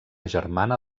germana